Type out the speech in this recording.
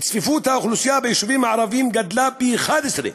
צפיפות האוכלוסייה ביישובים הערביים גדלה פי-11,